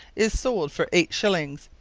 is sold for eight shillings,